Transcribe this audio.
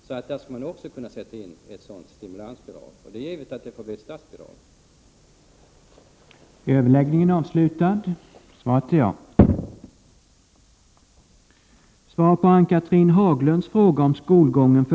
Där skulle man alltså också kunna sätta in stimulansbidrag, och det är givet att det får bli i form av ett statsbidrag.